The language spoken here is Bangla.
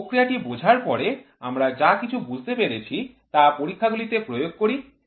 প্রক্রিয়াটি বোঝার পরে আমরা যা কিছু বুঝতে পেরেছি তা পরীক্ষাগুলিতে প্রয়োগ করি এবং সেটি আসছে কিনা তা দেখি